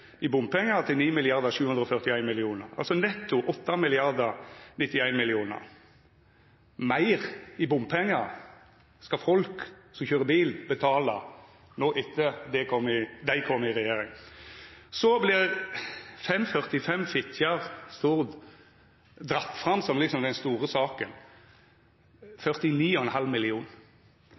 i bompengar til 9,741 mrd. kr. Altså: Netto 8,91 mrd. kr meir i bompengar skal folk som køyrer bil, betala nå etter at dei kom i regjering. Fylkesveg 545 Fitjar-Stord vert dratt fram som den store saka